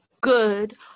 good